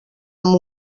amb